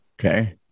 okay